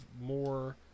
more